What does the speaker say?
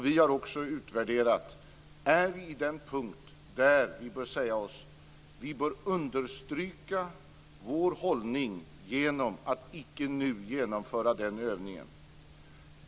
Vi har också utvärderat: Är vi vid den punkt där vi bör understryka vår hållning genom att icke nu genomföra den övningen?